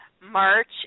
March